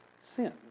sin